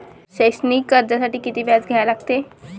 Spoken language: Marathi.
शैक्षणिक कर्जासाठी किती व्याज द्या लागते?